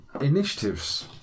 initiatives